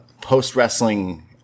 post-wrestling